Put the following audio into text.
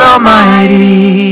Almighty